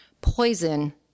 poison